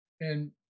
And-